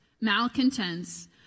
malcontents